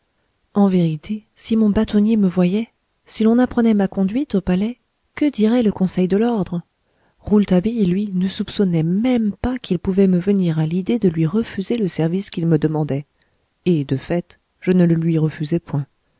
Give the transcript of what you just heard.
en vérité si mon bâtonnier me voyait si l'on apprenait ma conduite au palais que dirait le conseil de l'ordre rouletabille lui ne soupçonnait même pas qu'il pouvait me venir à l'idée de lui refuser le service qu'il me demandait et de fait je ne le lui refusai point